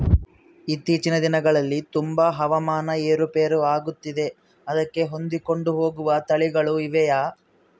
ಇತ್ತೇಚಿನ ದಿನಗಳಲ್ಲಿ ತುಂಬಾ ಹವಾಮಾನ ಏರು ಪೇರು ಆಗುತ್ತಿದೆ ಅದಕ್ಕೆ ಹೊಂದಿಕೊಂಡು ಹೋಗುವ ತಳಿಗಳು ಇವೆಯಾ?